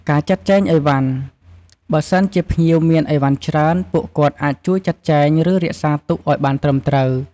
ការលាភ្ញៀវនៅពេលត្រឡប់ទៅវិញ នៅពេលភ្ញៀវត្រឡប់ទៅវិញ ពុទ្ធបរិស័ទតែងនិយាយពាក្យលាដោយរាក់ទាក់ និងជូនពរឲ្យធ្វើដំណើរប្រកបដោយសុវត្ថិភាព។